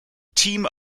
team